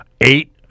eight